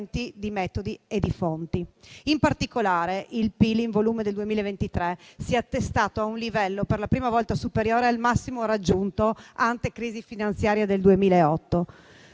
di metodi e di fonti. In particolare, il PIL in volume del 2023 si è attestato a un livello per la prima volta superiore al massimo raggiunto *ante* crisi finanziaria del 2008.